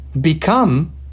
become